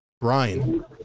Brian